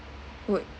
would